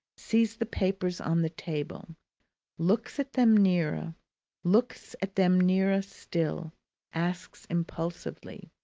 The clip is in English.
sees the papers on the table looks at them nearer looks at them nearer still asks impulsively,